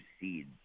seeds